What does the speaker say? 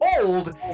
old